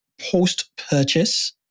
post-purchase